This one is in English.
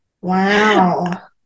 Wow